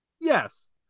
Yes